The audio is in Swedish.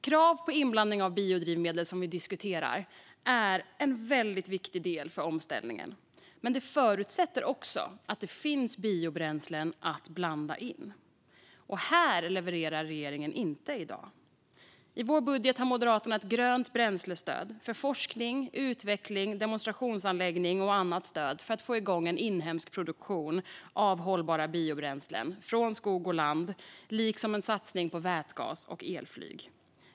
Krav på inblandning av biodrivmedel, som vi diskuterar, är en viktig del för omställningen, men det förutsätter också att det finns biobränslen att blanda in. Här levererar inte regeringen i dag. Moderaterna har i vår budget ett grönt bränslestöd för forskning, utveckling och en demonstrationsanläggning, annat stöd för att få igång en inhemsk produktion av hållbara biobränslen från skog och lantbruk liksom en satsning på vätgas och elflyg.